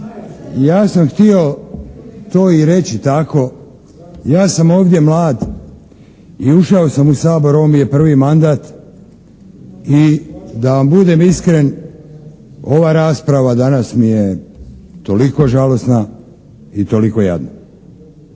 ja sam htio to i reći tako. Ja sam ovdje mlad i ušao sam u Sabor, ovo mi je prvi mandat i da vam budem iskren ova rasprava danas mi je toliko žalosna i toliko jadna.